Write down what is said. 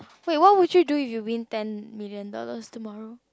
wait what would you do if you win ten million dollars tomorrow